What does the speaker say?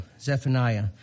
Zephaniah